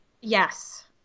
Yes